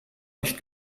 nicht